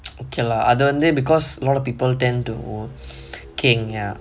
okay lah அது வந்து:athu vanthu because lot of people tend to keng ya